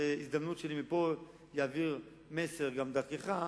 וזו הזדמנות שלי מפה להעביר מסר גם דרכך,